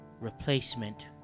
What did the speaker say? replacement